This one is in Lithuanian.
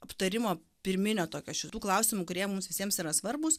aptarimo pirminio tokio šitų klausimų kurie mums visiems yra svarbūs